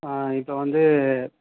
இப்போ வந்து